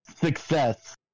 success